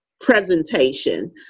presentation